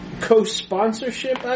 co-sponsorship